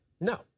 no